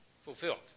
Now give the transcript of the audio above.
Fulfilled